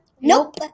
Nope